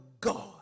God